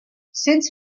since